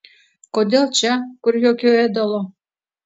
kodėl čia kur jokio ėdalo